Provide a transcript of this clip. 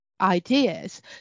ideas